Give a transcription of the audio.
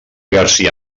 garcia